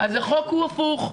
החוק הוא הפוך.